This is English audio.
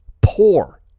poor